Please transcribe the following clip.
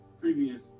previous